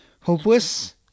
Hopeless